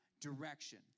direction